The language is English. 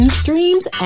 streams